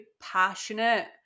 passionate